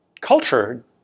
culture